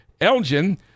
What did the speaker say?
Elgin